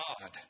God